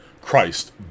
Christ